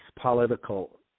political